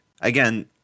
again